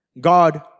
God